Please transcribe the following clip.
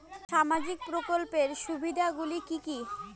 সামাজিক প্রকল্পের সুবিধাগুলি কি কি?